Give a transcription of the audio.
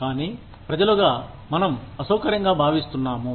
కానీ ప్రజలుగా మనం అసౌకర్యంగా భావిస్తున్నాము